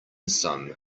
sum